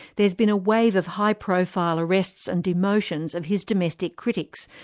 there's been a wave of high-profile arrests and demotions of his domestic critics,